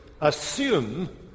assume